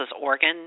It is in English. organ